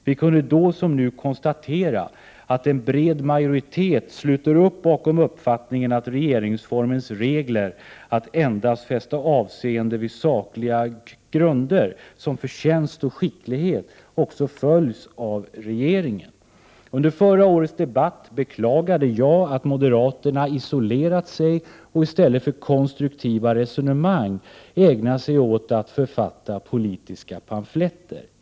Vi kunde då som nu konstatera att en bred majoritet sluter upp bakom uppfattningen att regeringsformens regler att endast fästa avseende vid sakliga grunder som förtjänst och skicklighet också följs av regeringen. Under förra årets debatt beklagade jag att moderaterna isolerat sig och i stället för konstruktiva resonemang ägnar sig åt att författa politiska pamfletter.